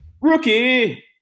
Rookie